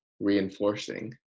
reinforcing